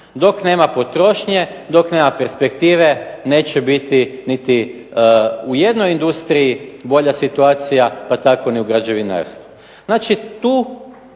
Dok nema potrošnje, dok nema perspektive neće biti niti u jednoj industriji bolja situacija, pa tako ni u građevinarstvu.